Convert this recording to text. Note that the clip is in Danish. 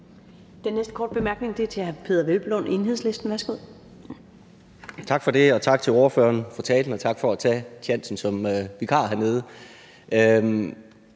Den næste korte bemærkning er til hr. Peder Hvelplund, Enhedslisten. Værsgo. Kl. 12:45 Peder Hvelplund (EL): Tak for det. Og tak til ordføreren for talen – og tak for at tage tjansen som vikar hernede.